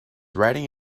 riding